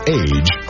age